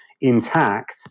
intact